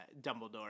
Dumbledore